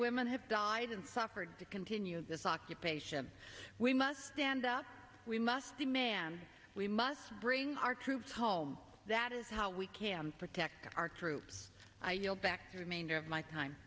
women have died and suffered to continue this occupation we must stand up we must demand we must bring our troops home that is how we can protect our troops i yield back the remainder of my time